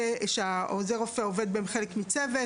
שעוזר הרופא עובד כחלק מצוות,